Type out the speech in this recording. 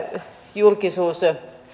julkisuus